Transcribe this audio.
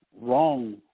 wrong